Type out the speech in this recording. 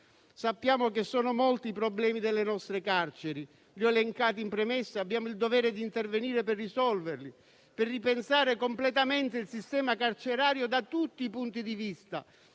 Sappiamo che sono molti i problemi delle nostre carceri, e li ho elencati in premessa; abbiamo il dovere di intervenire per risolverli, per ripensare completamente il sistema carcerario da tutti i punti di vista